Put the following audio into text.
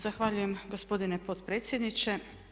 Zahvaljujem gospodine potpredsjedniče.